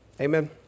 Amen